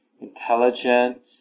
intelligent